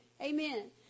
Amen